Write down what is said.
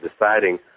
deciding